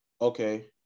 Okay